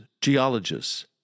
geologists